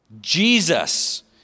Jesus